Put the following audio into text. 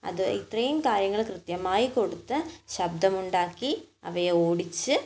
അത് ഇത്രേയും കാര്യങ്ങൾ കൃത്യമായി കൊടുത്ത് ശബ്ദമുണ്ടാക്കി അവയെ ഓടിച്ച്